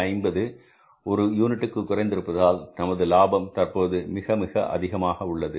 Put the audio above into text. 50 ஒரு யூனிட்டுக்கு குறைந்திருப்பதால் நமது லாபம் தற்போது மிக மிக அதிகமாக உள்ளது